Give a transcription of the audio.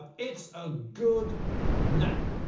ah it's a good name.